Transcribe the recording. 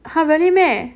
!huh! really meh